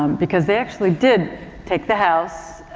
um because they actually did take the house.